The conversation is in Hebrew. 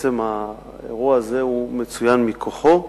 שהאירוע הזה בעצם מצוין מכוחו,